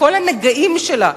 וכל הנגעים שלה,